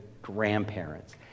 grandparents